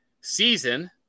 season